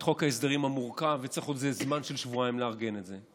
חוק ההסדרים המורכב וצריך עוד איזה זמן של שבועיים לארגן את זה.